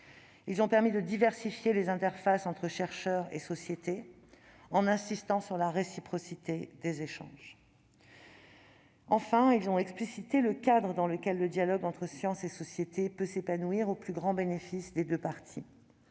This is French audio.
également permis de diversifier les interfaces entre chercheurs et société, en insistant sur la réciprocité des échanges. Ils ont en outre explicité le cadre dans lequel le dialogue entre science et société peut s'épanouir, au plus grand bénéfice des deux parties.